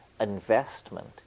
investment